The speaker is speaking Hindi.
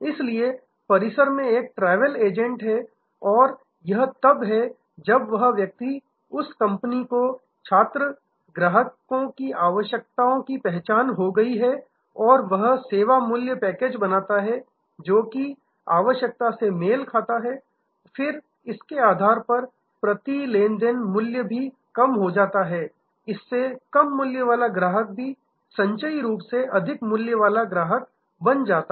इसलिए परिसर में एक ट्रैवल एजेंट है और यह तब है जब वह व्यक्ति उस कंपनी को छात्र ग्राहकों की आवश्यकताओं की पहचान हो गई और वह सेवा मूल्य पैकेज बनाता है जो आवश्यकता से मेल खाता है फिर इसके आधार पर प्रति लेनदेन मूल्य भी कम हो जाता है इससे कम मूल्य वाला ग्राहक भी संचयी रूप से अधिक मूल्य वाला ग्राहक बन जाता है